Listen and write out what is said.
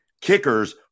kickers